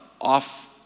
off